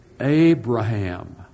Abraham